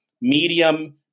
medium